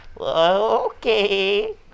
Okay